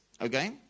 Okay